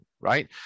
right